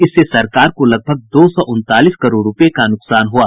इससे सरकार को लगभग दो सौ उनतालीस करोड़ रूपये का नुकसान हुआ